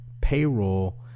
payroll